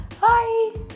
Hi